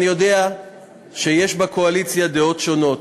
אני יודע שיש בקואליציה דעות שונות.